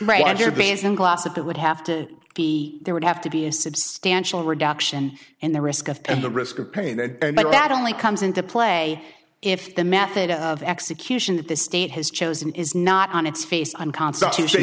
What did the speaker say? it would have to be there would have to be a substantial reduction in the risk of pain the risk of pain but that only comes into play if the method of execution that the state has chosen is not on its face unconstitutional